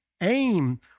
aim